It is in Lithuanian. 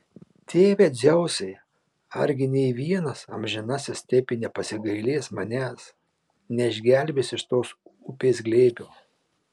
tėve dzeusai argi nė vienas amžinasis taip ir nepasigailės manęs neišgelbės iš tos upės glėbio